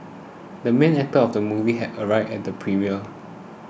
the main actor of the movie has arrived at the premiere